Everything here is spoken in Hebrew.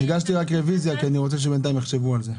הגשתי רק רוויזיה כי אני רוצה שבינתיים יחשבו על זה.